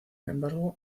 embargo